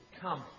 come